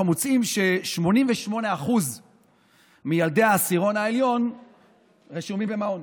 אנחנו מוצאים ש-88% מילדי העשירון העליון רשומים למעון,